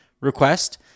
request